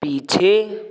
पीछे